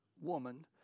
woman